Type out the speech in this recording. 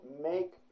make